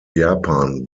japan